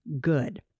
Good